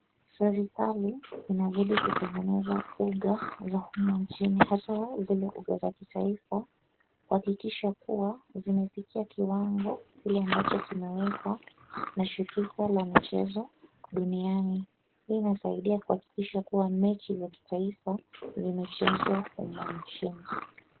Serikali inazidi kutengeneza uga za humu nchini aswa zile uga za kitaifa kuhakikisha kuwa zinafikia kiwango kile ambacho kimewekwa na shirika la michezo duniani. Hii inasaidia kuhakikisha kuwa mechi za kitaifa zimechezwa humu nchini.